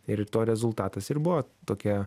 ir to rezultatas ir buvo tokia